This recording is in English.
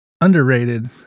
underrated